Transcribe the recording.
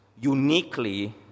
uniquely